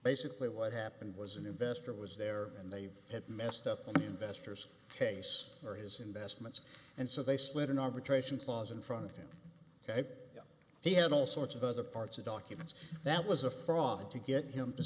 basically what happened was an investor was there and they had messed up the investors case for his investments and so they slid an arbitration clause in front of him that he had all sorts of other parts of documents that was a fraud to get him to